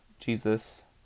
Jesus